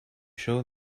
show